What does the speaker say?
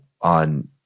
on